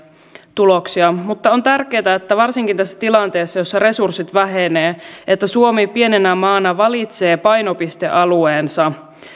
tuloksia mutta on tärkeätä että varsinkin tässä tilanteessa jossa resurssit vähenevät suomi pienenä maana valitsee painopistealueensa